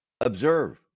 Observe